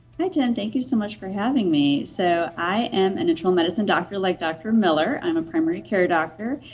hi, tim. thank you so much for having me. so i am an internal medicine doctor like dr. miller. i'm a primary care doctor.